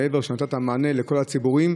מעבר לכך שנתת מענה לכל הציבורים,